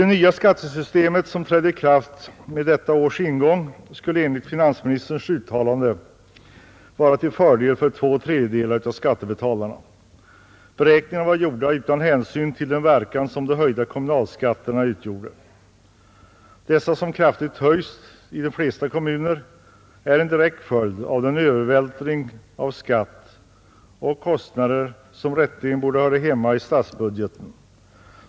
Det nya skattesystemet, som trädde i kraft med detta års ingång, skulle enligt finansministerns uttalande vara till fördel för två tredjedelar av skattebetalarna. Beräkningarna var gjorda utan hänsyn till den verkan som de höjda kommunalskatterna skulle få. Att dessa skatter kraftigt har höjts i de flesta kommuner är en direkt följd av en övervältring av kostnader, som rätteligen borde höra hemma i statsbudgeten.